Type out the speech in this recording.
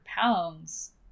pounds